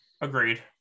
Agreed